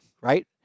right